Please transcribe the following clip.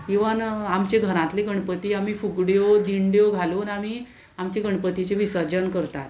even आमच्या घरांतली गणपती आमी फुगड्यो दिंड्यो घालून आमी आमचे गणपतीचें विसर्जन करतात